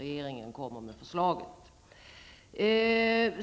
Jag vill